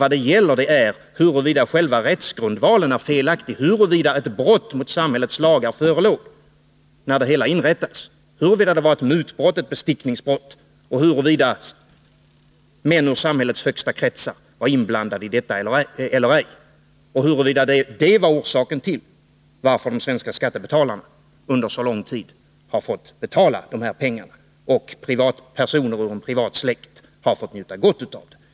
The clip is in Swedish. Vad det gäller är huruvida själva rättsgrundvalen är felaktig, huruvida ett brott mot samhällets lagar förelåg när avtalet upprättades och huruvida det var ett mutbrott, ett bestickningsbrott. Det handlar om huruvida män ur samhällets högsta kretsar var inblandade i detta eller ej och huruvida detta var orsaken till att de svenska skattebetalarna under så lång tid har fått betala dessa pengar och privatpersoner i en privat släkt har fått njuta gott av dem.